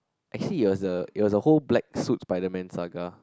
actually it was the it was a whole black suit Spider-Man saga